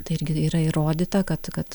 tai irgi yra įrodyta kad kad